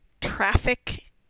traffic